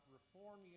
Reform